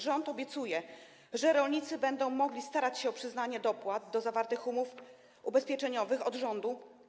Rząd obiecuje, że rolnicy będą mogli starać się o przyznanie dopłat do zawartych umów ubezpieczeniowych od rządu.